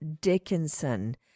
Dickinson